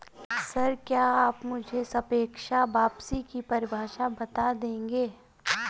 Sir, क्या आप मुझे सापेक्ष वापसी की परिभाषा बता देंगे?